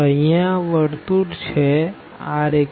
તો અહિયાં આ સર્કલ છે r2cos